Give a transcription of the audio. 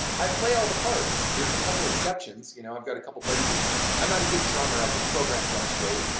i play all the parts, there's a couple exceptions, you know, i've got a couple buddies that come in. i'm not a good drummer, i can program drums great,